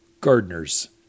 gardeners